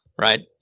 Right